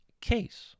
case